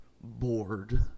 bored